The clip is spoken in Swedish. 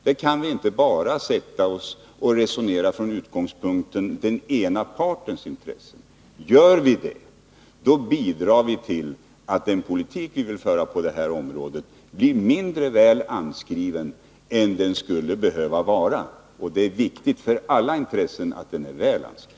Vi kan inte bara resonera utifrån den ena partens intresse. Gör vi det bidrar vi till att den politik vi vill föra på detta område blir mindre väl anskriven än den skulle behöva vara. Och det är viktigt för alla parter att den är väl anskriven.